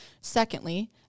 Secondly